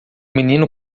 menino